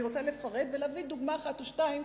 אני רוצה לפרט ולהביא דוגמה אחת או שתיים,